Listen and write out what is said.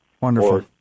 wonderful